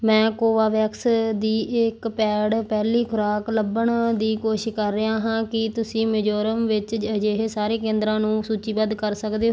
ਮੈਂ ਕੋਵੋਵੈਕਸ ਦੀ ਇੱਕ ਪੈਡ ਪਹਿਲੀ ਖੁਰਾਕ ਲੱਭਣ ਦੀ ਕੋਸ਼ਿਸ਼ ਕਰ ਰਿਹਾ ਹਾਂ ਕੀ ਤੁਸੀਂ ਮਿਜ਼ੋਰਮ ਵਿੱਚ ਅਜਿਹੇ ਸਾਰੇ ਕੇਂਦਰਾਂ ਨੂੰ ਸੂਚੀਬੱਧ ਕਰ ਸਕਦੇ